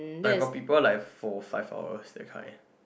but got people like four five hours that kind